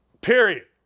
Period